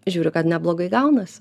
žiūriu kad neblogai gaunasi